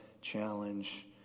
challenge